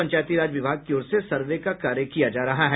पंचायती राज विभाग की ओर से सर्वे का कार्य किया जा रहा है